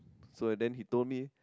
so and then he told me